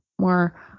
more